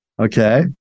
Okay